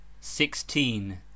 Sixteen